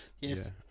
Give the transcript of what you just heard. Yes